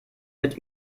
mit